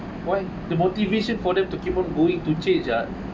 why the motivation for them to keep on going to change ah